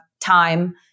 time